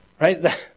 Right